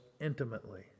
intimately